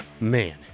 Man